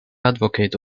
advocate